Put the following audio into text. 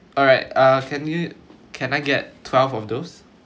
alright uh can you can I get twelve of those